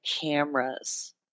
cameras